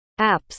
Apps